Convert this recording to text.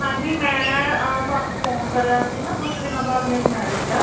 ਹਾਂਜੀ ਮੈਂ ਤੁਹਾਨੂੰ ਫੋਨ ਕਰਿਆ ਸੀ ਨਾ ਕੁਛ ਦਿਨਾਂ ਬਾਅਦ ਮੇਰੀ ਮੈਰਿਜ ਐ